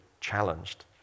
challenged